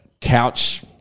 couch